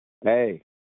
Hey